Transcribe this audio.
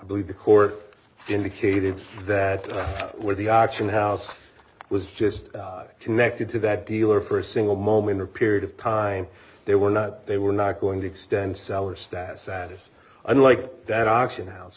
believe the court indicated that where the auction house was just connected to that dealer for a single moment or period of time they were not they were not going to extend seller status satyrs unlike that auction house